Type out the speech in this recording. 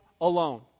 alone